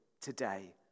today